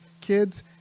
kids